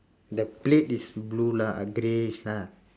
the plate is blue lah greyish lah